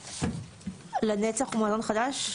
לנצח הוא מזון חדש?